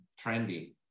trendy